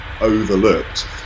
overlooked